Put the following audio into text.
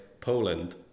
Poland